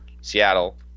Seattle